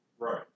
Right